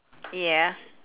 yeah